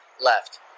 Left